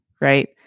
right